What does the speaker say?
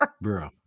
bro